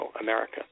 America